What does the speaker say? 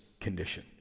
condition